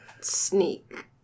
sneak